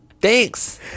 Thanks